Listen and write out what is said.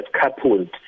coupled